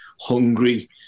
hungry